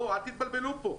אל תבלבלו פה,